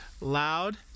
Loud